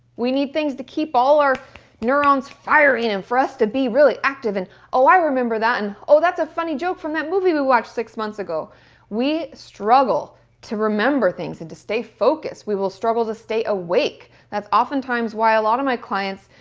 we need things to keep all our neurons firing and for us to be really active and oh i remember that, and oh that's a funny joke from that movie we watched six months ago we struggle to remember things and to stay focused. we will struggle to stay awake, that's oftentimes why a lot of my clients,